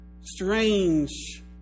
strange